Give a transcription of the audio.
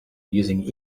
using